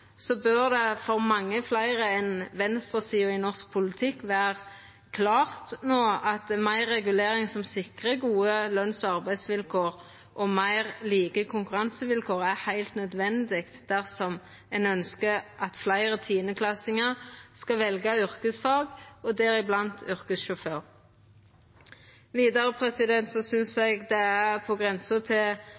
gode løns- og arbeidsvilkår og meir like konkurransevilkår, er heilt nødvendig dersom ein ønskjer at fleire tiandeklassingar skal velja yrkesfag, deriblant yrkessjåfør. Vidare synest eg det er på grensa til